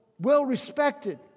well-respected